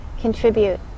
contribute